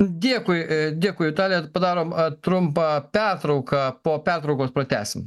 dėkui dėkui vitalija padarom trumpą pertrauką po pertraukos pratęsim